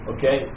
Okay